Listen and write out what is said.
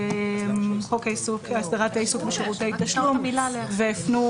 חוק הסדרת העיסוק בשירותי תשלום והיפנו